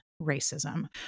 racism